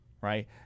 right